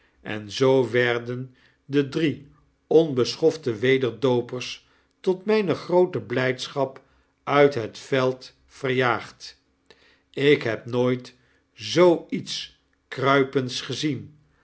en zoo werden de drie onbeschofte wederdoopers tot myne groote blydschap uit het veld verjaagd ik neb nooit zoo iets kruipends gezien